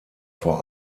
vor